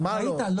ראינו את זה.